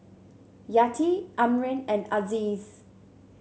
Yati Amrin and Aziz